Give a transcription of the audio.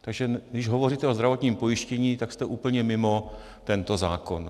Takže když hovoříte o zdravotním pojištění, tak jste úplně mimo tento zákon.